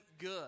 good